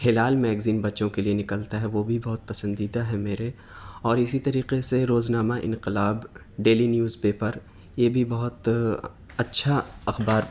ہلال magazine بچوں کے لیے نکلتا ہے وہ بھی بہت پسندیدہ ہے میرے اور اسی طریقے سے روزنامہ انقلاب ڈیلی نیوز پیپر یہ بھی بہت اچھا اخبار